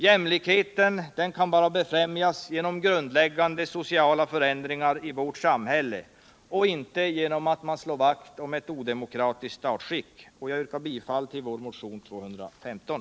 Jämlikheten kan bara befrämjas genom grundläggande sociala förändringar i vårt samhälle, inte genom att man slår vakt om ett odemokratiskt statsskick. Jag yrkar bifall till vår motion nr 215.